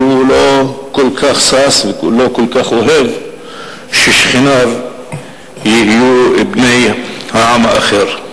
שהוא לא כל כך שש ולא כל כך אוהב ששכניו יהיו בני העם האחר.